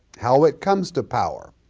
how it comes to power.